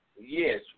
Yes